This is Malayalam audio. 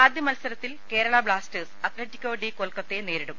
ആദ്യ മത്സ രത്തിൽ കേരള ബ്ലാസ്റ്റേഴ്സ് അത്ലറ്റികോ ഡി കൊൽക്കത്തയെ നേരി ടും